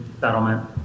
settlement